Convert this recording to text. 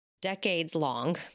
decades-long